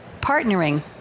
partnering